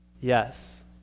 yes